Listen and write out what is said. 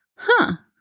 huh,